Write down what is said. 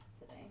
today